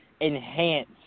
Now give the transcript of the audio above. enhance